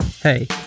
Hey